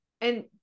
And-